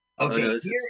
Okay